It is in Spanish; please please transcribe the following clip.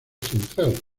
central